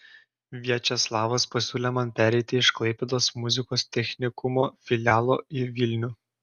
viačeslavas pasiūlė man pereiti iš klaipėdos muzikos technikumo filialo į vilnių